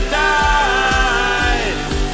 died